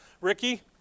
Ricky